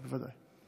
בוודאי.